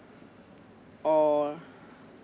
or